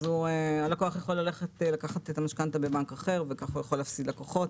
הלקוח יכול לקחת את המשכנתא בבנק אחר וכך להפסיד לקוחות.